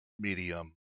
medium